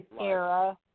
Era